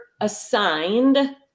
assigned